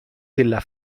della